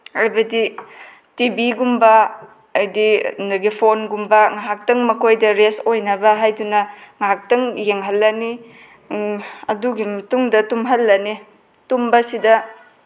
ꯍꯥꯏꯕꯗꯤ ꯇꯤ ꯚꯤꯒꯨꯝꯕ ꯍꯥꯏꯗꯤ ꯑꯗꯒꯤ ꯐꯣꯟꯒꯨꯝꯕ ꯉꯥꯏꯍꯥꯛꯇꯪ ꯃꯈꯣꯏꯗ ꯔꯦꯁ ꯑꯣꯏꯅꯕ ꯍꯥꯏꯗꯨꯅ ꯉꯥꯏꯍꯥꯛꯇꯪ ꯌꯦꯡꯍꯜꯂꯅꯤ ꯑꯗꯨꯒꯤ ꯃꯇꯨꯡꯗ ꯇꯨꯝꯍꯜꯂꯅꯤ ꯇꯨꯝꯕꯁꯤꯗ